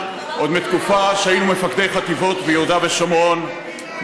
עוד מהתקופה שהיינו מפקדי חטיבות ביהודה ושומרון,